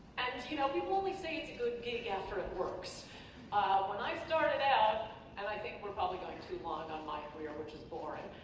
and um you know people always say it's a good gig after it works when i started out and i think we're probably going to long on my career which is boring